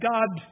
God